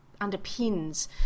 underpins